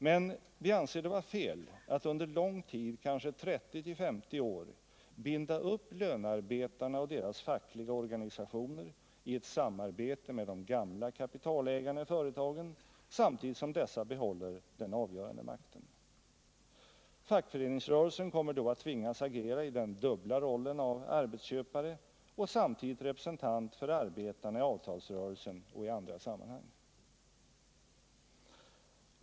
Men vi anser det vara fel att under lång tid — kanske 30-50 år — binda upp lönarbetarna och deras fackliga organisationer i ett samarbete med de gamla kapitalägarna i företagen, samtidigt som dessa behåller den avgörande makten. Fackföreningsrörelsen kommer då att tvingas agera i den dubbla rollen av arbetsköpare och samtidigt representant för arbetarna i avtalsrörelsen och i andra sammanhang.